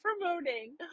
promoting